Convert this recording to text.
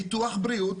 ביטוח בריאות,